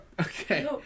okay